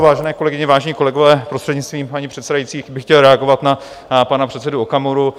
Vážené kolegyně, vážení kolegové, prostřednictvím paní předsedající bych chtěl reagovat na pana předsedu Okamuru.